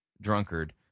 drunkard